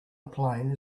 airplane